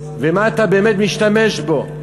ומה אתה באמת משתמש בו.